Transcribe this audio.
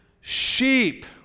sheep